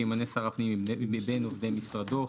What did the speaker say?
שימנה שר הפנים מבין עובדי משרדו,